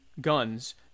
guns